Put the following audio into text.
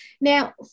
now